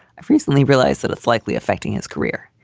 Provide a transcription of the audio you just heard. i've recently realized that it's likely affecting his career.